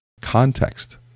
context